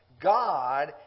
God